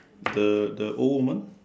the the old woman